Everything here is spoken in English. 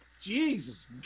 Jesus